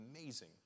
amazing